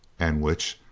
and which,